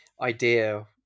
idea